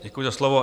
Děkuji za slovo.